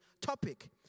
topic